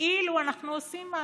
כאילו אנחנו עושים משהו.